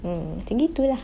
mm macam gitu lah